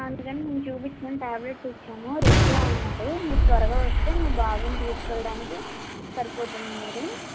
అందుకని మేము చూపించి మేము ట్యాబ్లెట్స్ ఇచ్చాము రెస్ట్లో ఉన్నాడు మీరు త్వరగా వస్తే మీ బాబుని తీసుకు వెళ్ళడానికి సరిపోతుంది మీరు